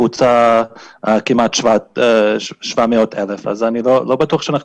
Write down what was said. בוצעו כמעט 700,000. אז אני לא בטוח שאנחנו